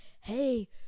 hey